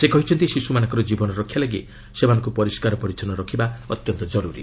ସେ କହିଛନ୍ତି ଶିଶୁମାନଙ୍କର କୀବନ ରକ୍ଷା ଲାଗି ସେମାନଙ୍କୁ ପରିଷ୍କାର ପରିଚ୍ଛନ୍ନ ରଖିବା ଅତ୍ୟନ୍ତ ଜରୁରୀ